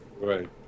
Right